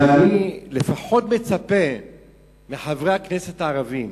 ואני לפחות מצפה מחברי הכנסת הערבים,